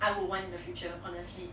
I would want in the future honestly